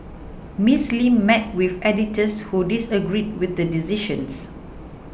Miss Lim met with editors who disagreed with the decisions